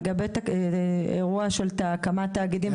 לגבי אירוע הקמת התאגידים,